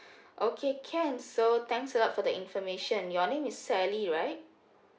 okay can so thanks a lot for the information your name is sally right